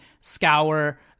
scour